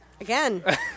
again